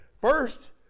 first